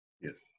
Yes